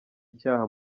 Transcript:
icyaha